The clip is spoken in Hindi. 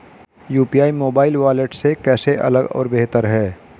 यू.पी.आई मोबाइल वॉलेट से कैसे अलग और बेहतर है?